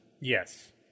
Yes